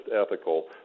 ethical